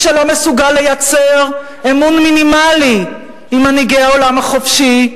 מי שלא מסוגל לייצר אמון מינימלי עם מנהיגי העולם החופשי,